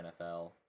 NFL